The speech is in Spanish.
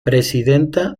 presidenta